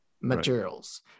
materials